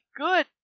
good